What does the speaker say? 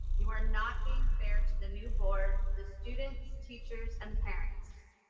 you are not being fair to the new board, the students, teachers, and parents.